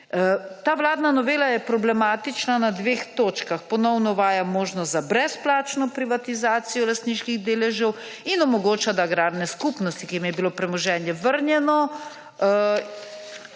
Ta vladna novela je problematična na dveh točkah. Ponovno uvaja možnost za brezplačno privatizacijo lastniških deležev in omogoča, da agrarne skupnosti, ki jim je bilo premoženje vrnjeno,